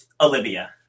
Olivia